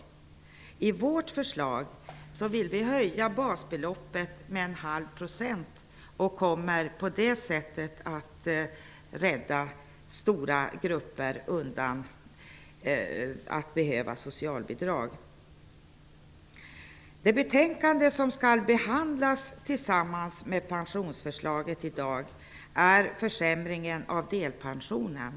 Enligt vårt förslag skall basbeloppet höjas med en halv procent. På det sättet skulle stora grupper räddas från att behöva efterfråga socialbidrag. Samtidigt med reformeringen av det allmänna pensionssystemet behandlas i dag förslaget om försämring av delpensionen.